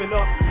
up